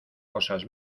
cosas